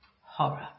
Horror